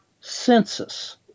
census